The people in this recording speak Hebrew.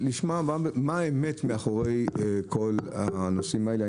לשמוע מה האמת מאחורי כל הנושאים האלה.